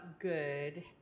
good